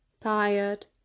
tired